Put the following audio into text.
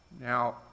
Now